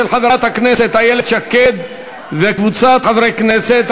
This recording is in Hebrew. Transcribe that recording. של חברת הכנסת איילת שקד וקבוצת חברי כנסת.